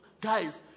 guys